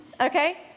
Okay